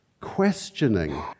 questioning